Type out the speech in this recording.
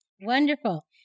Wonderful